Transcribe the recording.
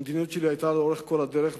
המדיניות שלי היתה לאורך כל הדרך,